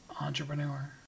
entrepreneur